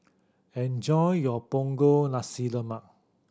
enjoy your Punggol Nasi Lemak